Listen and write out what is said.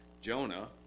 Jonah